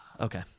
Okay